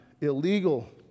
illegal